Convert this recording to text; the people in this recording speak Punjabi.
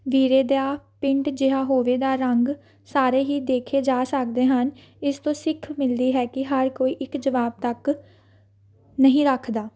ਵੀਰੇ ਦਾ ਪਿੰਡ ਜਿਹਾ ਹੋਵੇ ਦਾ ਰੰਗ ਸਾਰੇ ਹੀ ਦੇਖੇ ਜਾ ਸਕਦੇ ਹਨ ਇਸ ਤੋਂ ਸਿੱਖ ਮਿਲਦੀ ਹੈ ਕਿ ਹਰ ਕੋਈ ਇੱਕ ਜਵਾਬ ਤੱਕ ਨਹੀਂ ਰੱਖਦਾ